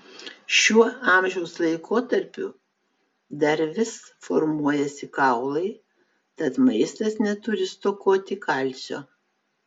šiuo amžiaus laikotarpiu dar vis formuojasi kaulai tad maistas neturi stokoti kalcio